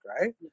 right